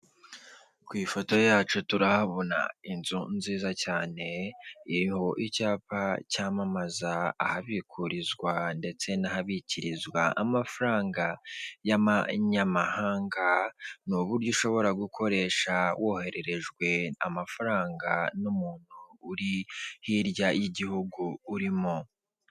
Ku ifoto yacu turahabona inzu nziza cyane, iriho icyapa cyamamaza ahabikurizwa ndetse n'ahabikirizwa amafaranga y'amanyamahanga, ni uburyo ushobora gukoresha wohererejwe amafaranga n'umuntu uri hirya y'igihugu urimo.